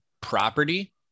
property